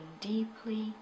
deeply